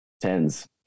tens